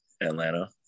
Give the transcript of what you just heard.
Atlanta